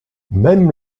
même